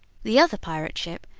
the other pirate ship,